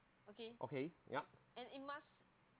okay yeah